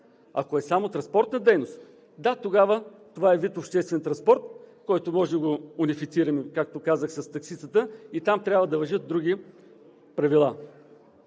Ако е само транспортна дейност, да, тогава това е вид обществен транспорт, който можем да го унифицираме, както казах, с такситата и там трябва да важат други правила.